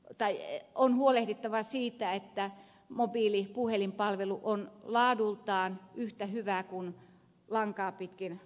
ota ieee on huolehdittava siitä että mobiili puhelinpalvelu on laadultaan yhtä hyvää kuin lankaa pitkin annettava palvelu